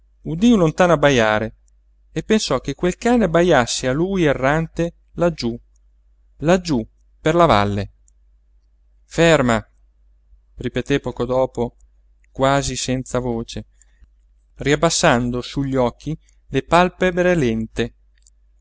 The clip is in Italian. un lontano abbajare e pensò che quel cane abbajasse a lui errante laggiú laggiú per la valle ferma ripeté poco dopo quasi senza voce riabbassando su gli occhi le palpebre lente